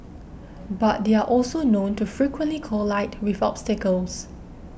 but they are also known to frequently collide with obstacles